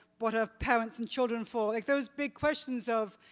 what are parents and children for? like those big questions of,